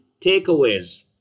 takeaways